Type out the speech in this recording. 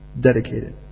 Dedicated